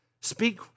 Speak